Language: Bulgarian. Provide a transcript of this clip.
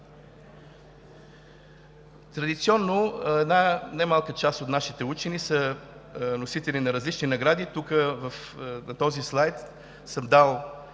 Традиционно една немалка част от нашите учени са носители на различни награди. На този слайд съм дал